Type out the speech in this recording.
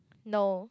no